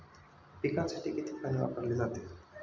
पिकांसाठी किती पाणी वापरले जाते?